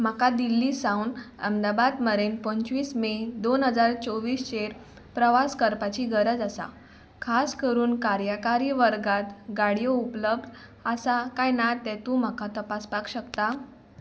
म्हाका दिल्ली सावन अहदाबाद मेरेन पंचवीस मे दोन हजार चोवीस चेर प्रवास करपाची गरज आसा खास करून कार्याकारी वर्गांत गाडयो उपलब्ध आसा काय ना तें तूं म्हाका तपासपाक शकता